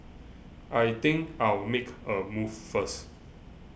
I think I'll make a move first